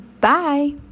Bye